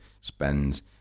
spends